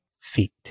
feet